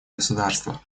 государства